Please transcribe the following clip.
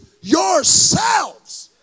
yourselves